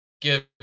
give